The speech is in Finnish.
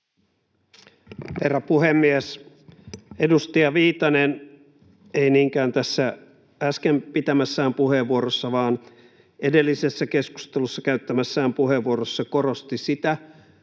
Herra puhemies! Edustaja Viitanen — ei niinkään tässä äsken pitämässään puheenvuorossa, vaan edellisessä keskustelussa käyttämässään puheenvuorossa — korosti sitä,